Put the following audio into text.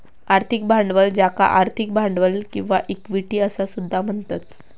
आर्थिक भांडवल ज्याका आर्थिक भांडवल किंवा इक्विटी असा सुद्धा म्हणतत